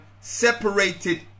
separated